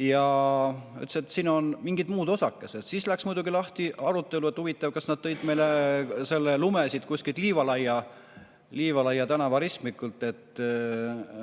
Ta ütles, et siin on mingid muud osakesed. Siis läks muidugi lahti arutelu, et huvitav, kas nad tõid meile selle lume siit kuskilt Liivalaia tänava ristmikult.